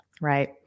right